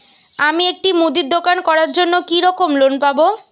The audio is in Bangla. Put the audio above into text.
আমি একটি মুদির দোকান করার জন্য কি রকম লোন পাব?